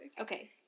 Okay